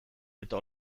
eta